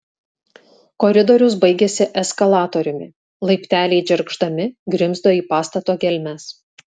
koridorius baigėsi eskalatoriumi laipteliai džergždami grimzdo į pastato gelmes